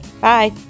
Bye